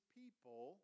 people